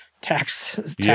tax